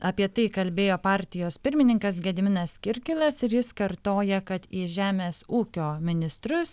apie tai kalbėjo partijos pirmininkas gediminas kirkilas ir jis kartoja kad į žemės ūkio ministrus